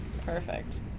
Perfect